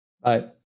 Bye